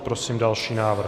Prosím další návrh.